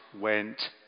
went